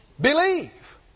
believe